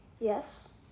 Yes